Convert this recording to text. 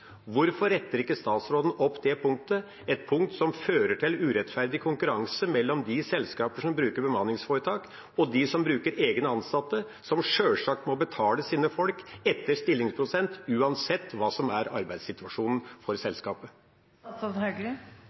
Hvorfor retter ikke statsråden opp det punktet – et punkt som fører til urettferdig konkurranse mellom de selskapene som bruker bemanningsforetak, og de som bruker egne ansatte, og som sjølsagt må betale sine folk etter stillingsprosent, uansett hva som er arbeidssituasjonen for